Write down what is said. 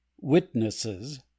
WITNESSES